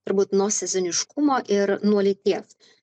turbūt nuo sezoniškumo ir nuo lyties